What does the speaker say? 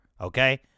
okay